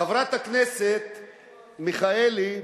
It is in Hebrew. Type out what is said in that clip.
חברת הכנסת מיכאלי,